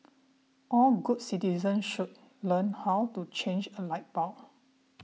all good citizens should learn how to change a light bulb